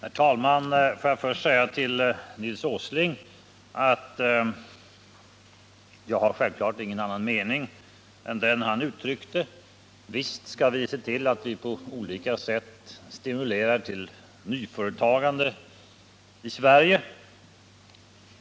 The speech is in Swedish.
Herr talman! Får jag först säga till Nils Åsling att jag självfallet inte har någon annan mening än den han uttryckt: Visst skall vi se till att vi på olika sätt stimulerar till nyföretagande i Sverige.